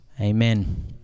Amen